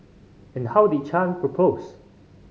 and how did Chan propose